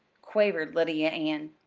quavered lydia ann.